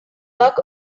luck